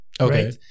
okay